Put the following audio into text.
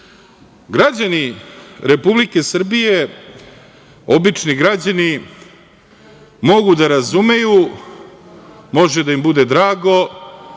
Republike Srbije, obični građani, mogu da razumeju, može da im bude drago,